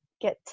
get